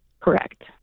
Correct